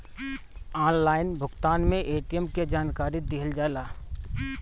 Online भुगतान में ATM के जानकारी दिहल जाला?